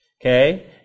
Okay